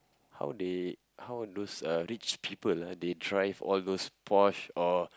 how they how those uh rich people ah drive all those Porsche or